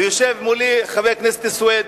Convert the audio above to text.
ויושב מולי חבר הכנסת סוייד,